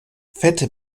fette